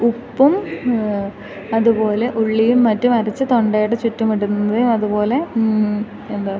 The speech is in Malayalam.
ഉപ്പും അതുപോലെ ഉള്ളിയും മറ്റും അരച്ചു തൊണ്ടയുടെ ചുറ്റും ഇടുന്നത് ത് അതുപോലെ എന്താണ്